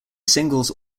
singles